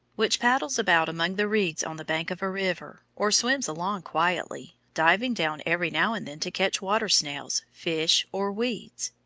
which paddles about among the reeds on the bank of a river, or swims along quietly, diving down every now and then to catch water-snails, fish, or weeds.